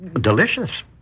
delicious